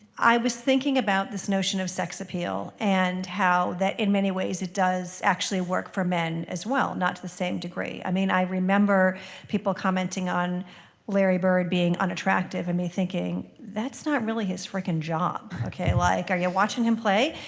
i was thinking about this notion of sex appeal and how that in many ways it does actually work for men, as well, not to the same degree. i mean i remember people commenting on larry bird being unattractive and me thinking, that's not really his frickin' job. like are you yeah watching him play?